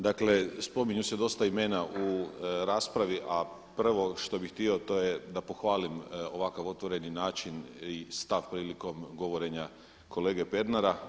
Dakle, spominju se dosta imena u raspravi, a prvo što bih htio to je da pohvalim ovakav otvoreni način i stav prilikom govorenja kolege Pernara.